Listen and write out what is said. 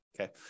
Okay